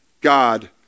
God